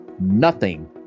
Nothing